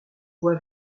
voie